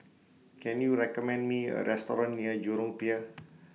Can YOU recommend Me A Restaurant near Jurong Pier